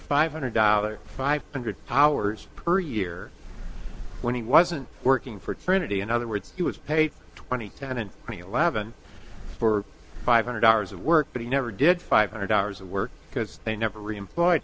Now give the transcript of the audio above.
five hundred dollars five hundred hours per year when he wasn't working for trinity in other words he was paid twenty ten and eleven for five hundred hours of work but he never did five hundred hours of work because they never